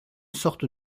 sorte